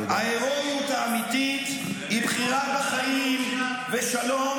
ההרואיות האמיתית היא בחירה בחיים ושלום,